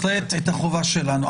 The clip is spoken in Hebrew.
-- בהחלט את החובה שלנו,